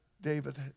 David